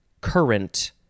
Current